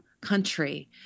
country